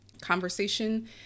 conversation